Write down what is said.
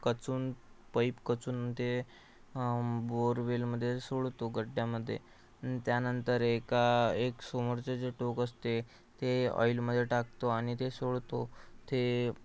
कचून pipe कचून ते बोअरवेलमधे सोडतो खड्ड्यामधे त्यानंतर एका एक समोरचे जे टोक असते ते ऑईलमध्ये टाकतो आणि ते सोडतो ते